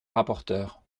rapporteure